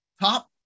top